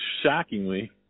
shockingly